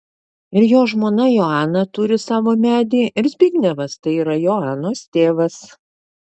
ir jo žmona joana turi savo medį ir zbignevas tai yra joanos tėvas